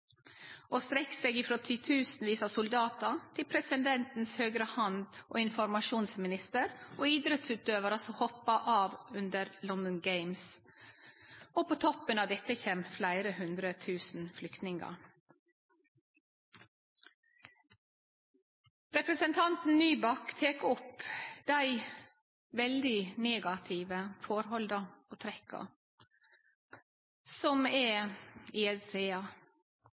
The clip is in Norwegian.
seg frå titusenvis av soldatar til presidentens høgre hand og informasjonsminister og idrettsutøvarar som hoppar av under London-OL. På toppen av dette kjem fleire hundre tusen flyktningar. Representanten Nybakk tek opp dei veldig negative forholda og trekka som er